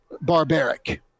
barbaric